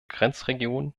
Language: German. grenzregionen